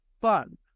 fun